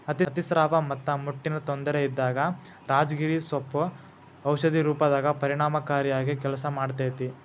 ಅತಿಸ್ರಾವ ಮತ್ತ ಮುಟ್ಟಿನ ತೊಂದರೆ ಇದ್ದಾಗ ರಾಜಗಿರಿ ಸೊಪ್ಪು ಔಷಧಿ ರೂಪದಾಗ ಪರಿಣಾಮಕಾರಿಯಾಗಿ ಕೆಲಸ ಮಾಡ್ತೇತಿ